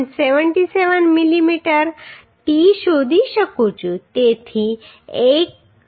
77 millimetre t શોધી શકું છું